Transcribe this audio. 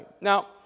Now